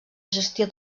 gestió